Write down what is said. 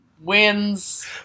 wins